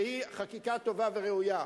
שהיא חקיקה טובה וראויה.